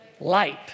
Light